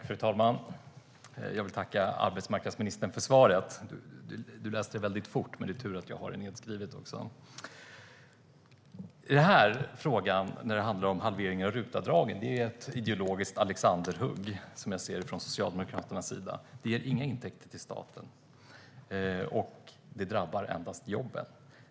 Fru talman! Jag tackar arbetsmarknadsministern för svaret. Det gick väldigt fort; det är tur att jag har det skriftligt också. Halveringen av RUT-avdragen är som jag ser det ett ideologiskt alexanderhugg från Socialdemokraternas sida. Det ger inga intäkter till staten. Det drabbar endast jobben.